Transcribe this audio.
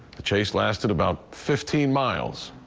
the chase lasted about fifteen miles.